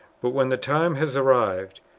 but when the time has arrived,